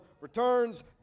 returns